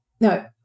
no